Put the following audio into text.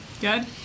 Good